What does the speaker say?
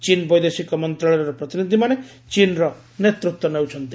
ଚୀନ ବୈଦେଶିକ ମନ୍ତ୍ରଣାଳୟର ପ୍ରତିନିଧିମାନେ ଚୀନର ନେତୃତ୍ୱ ନେଉଛନ୍ତି